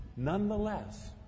Nonetheless